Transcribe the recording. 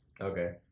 Okay